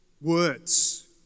words